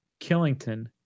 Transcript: killington